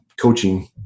coaching